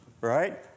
right